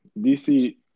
DC